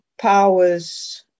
powers